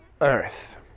Earth